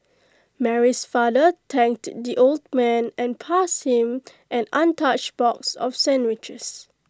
Mary's father thanked the old man and passed him an untouched box of sandwiches